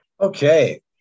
Okay